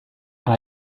and